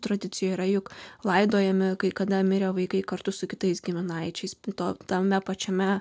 tradicija yra juk laidojami kada mirė vaikai kartu su kitais giminaičiais be to tame pačiame